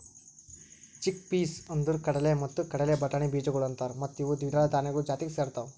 chickpeas ಅಂದುರ್ ಕಡಲೆ ಮತ್ತ ಕಡಲೆ ಬಟಾಣಿ ಬೀಜಗೊಳ್ ಅಂತಾರ್ ಮತ್ತ ಇವು ದ್ವಿದಳ ಧಾನ್ಯಗಳು ಜಾತಿಗ್ ಸೇರ್ತಾವ್